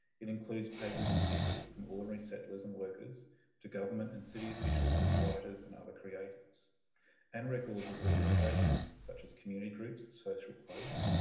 it includes papers of people from ordinary settlers and workers to government and city officials, writers and other creators and records of organisations such as community groups, social clubs,